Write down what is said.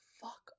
fuck